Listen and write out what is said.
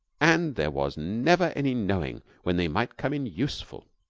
and there was never any knowing when they might come in useful.